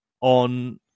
on